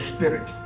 Spirit